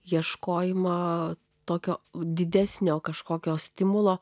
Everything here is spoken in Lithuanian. ieškojimą tokio didesnio kažkokio stimulo